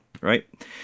right